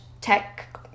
tech